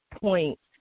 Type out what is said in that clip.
points